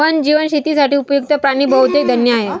वन्यजीव शेतीसाठी उपयुक्त्त प्राणी बहुतेक वन्य आहेत